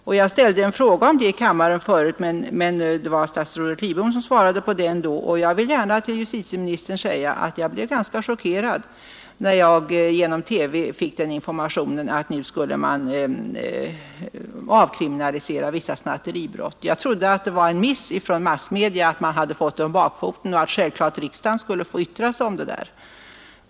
Jag ställde tidigare en fråga om det i kammaren, och det var statsrådet Lidbom som svarade på den. Jag vill gärna till justitieministern säga att jag blev ganska chockerad när jag genom TV fick informationen att nu skulle man avkriminalisera vissa snatteribrott. Jag trodde att det var en miss från massmedia, att de hade fått detta om bakfoten och att självfallet riksdagen skulle få yttra sig om detta förslag.